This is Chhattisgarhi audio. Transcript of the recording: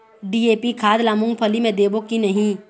डी.ए.पी खाद ला मुंगफली मे देबो की नहीं?